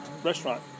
restaurant